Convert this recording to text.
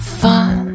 fun